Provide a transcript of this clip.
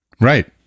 Right